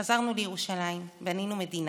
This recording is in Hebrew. חזרנו לירושלים, בנינו מדינה,